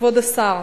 כבוד השר,